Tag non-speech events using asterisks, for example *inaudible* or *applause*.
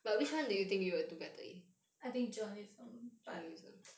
I think journalism but *noise*